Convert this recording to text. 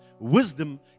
Wisdom